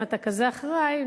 אם אתה כזה אחראי,